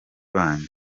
banyu